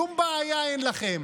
שום בעיה אין לכם.